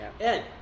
Ed